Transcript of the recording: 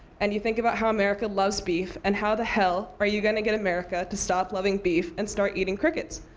and you think about how america loves beef. and how the hell are you going to get america to stop loving beef and start eating crickets?